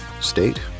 state